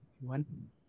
one